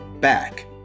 back